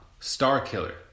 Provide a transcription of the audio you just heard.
Starkiller